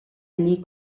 allí